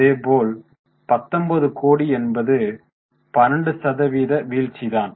அதேபோல் 19 கோடி என்பது 12 சதவீத வீழ்ச்சிதான்